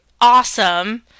awesome